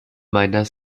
meiner